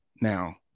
Now